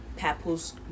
Papoose